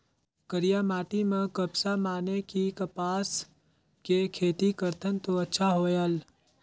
करिया माटी म कपसा माने कि कपास के खेती करथन तो अच्छा होयल?